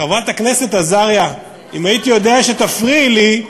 חברת הכנסת עזריה, אם הייתי יודע שתפריעי לי,